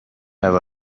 have